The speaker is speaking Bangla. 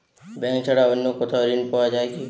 ব্যাঙ্ক ছাড়া অন্য কোথাও ঋণ পাওয়া যায় কি?